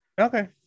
okay